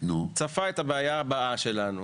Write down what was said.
המחוקק צפה את הבעיה הבאה שלנו,